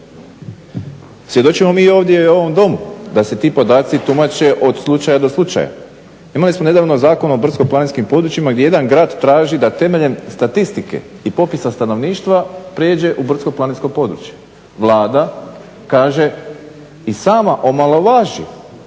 Svjedočimo mi i ovdje u ovom domu da se ti podaci tumače od slučaja do slučaja. Imali smo nedavno Zakon o brdsko-planinskim područjima gdje jedan grad traži da temeljem statistike i popisa stanovništva prijeđe u brdsko-planinsko područje. Vlada kaže i sama omalovaži